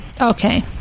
Okay